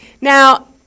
Now